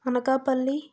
Anakapalli